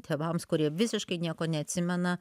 tėvams kurie visiškai nieko neatsimena